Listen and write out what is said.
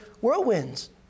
whirlwinds